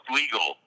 legal